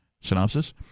Synopsis